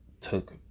took